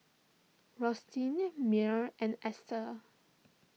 Rustin Mearl and Esta